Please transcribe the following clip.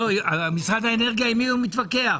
עם מי משרד האנרגיה מתווכח